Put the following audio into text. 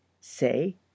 Say